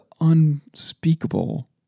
unspeakable